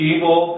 Evil